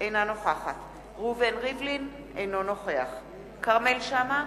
אינה נוכחת ראובן ריבלין, אינו נוכח כרמל שאמה,